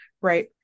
Right